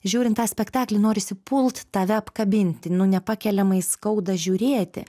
žiūrint tą spektaklį norisi pult tave apkabinti nu nepakeliamai skauda žiūrėti